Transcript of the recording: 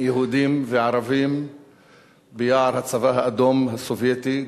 יהודים וערבים ביער הצבא האדום הסובייטי.